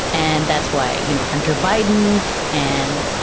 and that's why, you know, hunter biden and,